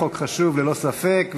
חוק חשוב, ללא ספק.